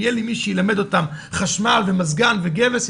יהיה לי מי שילמד אותם חשמל ומזגן וגבס,